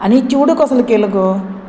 आनी चिवडू कसलो केलो गो